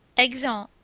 exeunt.